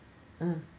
uh